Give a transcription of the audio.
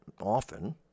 Often